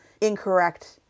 incorrect